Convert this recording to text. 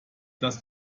dass